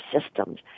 systems